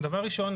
דבר ראשון,